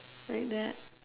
like that